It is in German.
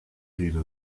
rede